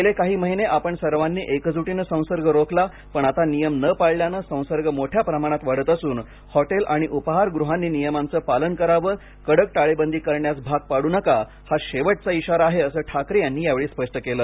गेले काही महिने आपण सर्वांनी एकजुटीने संसर्ग रोखला पण आता नियम न पाळल्याने संसर्ग मोठ्या प्रमाणात वाढत असून हॉटेल आणि उपहारगृहांनी नियमांचे पालन करावे कडक टाळेबंदी करण्यास भाग पडू नका हा शेवटचा इशारा आहे असे ठाकरे यांनी यावेळी स्पष्ट केले